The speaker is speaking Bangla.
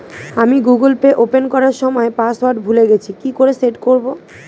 আমি গুগোল পে ওপেন করার সময় পাসওয়ার্ড ভুলে গেছি কি করে সেট করব?